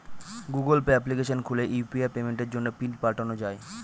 Google Pay application খুলে UPI পেমেন্টের জন্য পিন পাল্টানো যাই